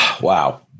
Wow